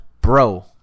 bro